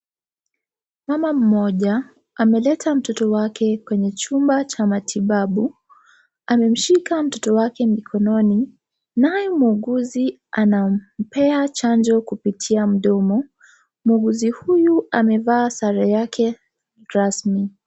Mama mmoja, ameleta mtoto wake kwenye chumba cha matibabu. Amemshika mtoto wake mkononi. Naye muuguzi, amempea chanjo kupitia mdomo. Muuguzi huyu, amevaa sare yake rasmi.